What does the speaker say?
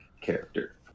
character